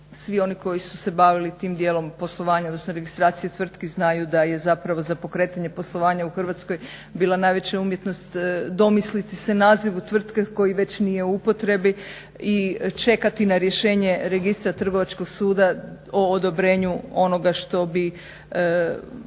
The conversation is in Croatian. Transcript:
svi oni koji su se bavili tim dijelom poslovanja odnosno registracije tvrtki znaju da je zapravo za pokretanje poslovanja u Hrvatskoj bila najveća umjetnost domisliti se nazivu tvrtke koji već nije u upotrebi i čekati na rješenje registra Trgovačkog suda o odobrenju onoga što bi